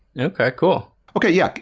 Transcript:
okay, cool. okay yeah,